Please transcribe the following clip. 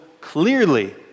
clearly